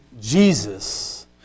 Jesus